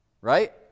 Right